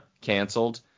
canceled